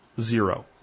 zero